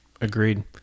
agreed